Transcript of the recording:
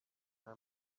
nta